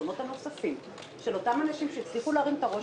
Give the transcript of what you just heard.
החסכונות הנוספים של אותם אנשים שהצליחו להרים את הראש